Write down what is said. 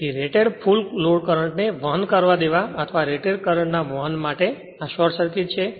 તેથી rated full load current ને વહન કરવા દેવા અથવા રેટેડ કરંટ ના વહન માટે આ શોર્ટ સર્કિટ છે